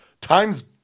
times